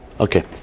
Okay